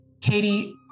Katie